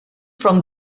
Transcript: from